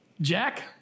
Jack